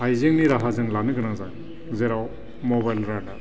आइजेंनि राहा जों लानो गोनां जागोन जेराव मबाइल रादाब